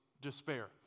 Despair